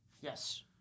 Yes